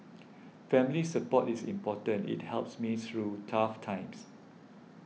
family support is important it helps me through tough times